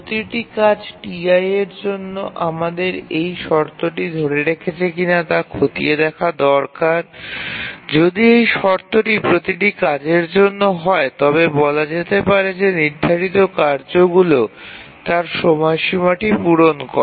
প্রতিটি কাজ Ti এর জন্য আমাদের এই শর্তটি ধরে রেখেছে কিনা তা খতিয়ে দেখা দরকার যদি এই শর্তটি প্রতিটি কাজের জন্য হয় তবে বলা যেতে পারে যে নির্ধারিত কার্যগুলি তার সময়সীমাটি পূরণ করে